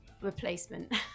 replacement